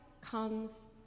comes